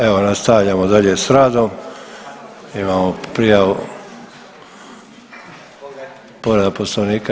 Evo nastavljamo dalje s radom, imamo prijavu povreda poslovnika.